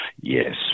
Yes